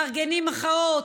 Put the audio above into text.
מארגנים מחאות,